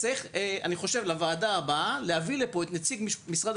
צריך לישיבה הבאה של הוועדה להביא לפה את נציגי משרד